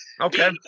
Okay